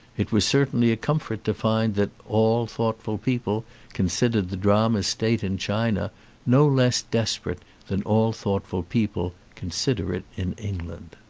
it was certainly a comfort to find that all thoughtful people considered the drama's state in china no less desperate than all thoughtful people consider it in england.